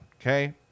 Okay